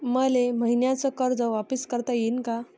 मले मईन्याचं कर्ज वापिस करता येईन का?